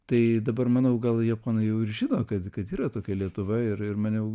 tai dabar manau gal japonai jau ir žino kad kad yra tokia lietuva ir ir maniau